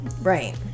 Right